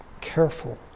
careful